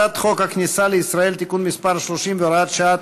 הצעת חוק הכניסה לישראל (תיקון מס' 30 והוראות שעה),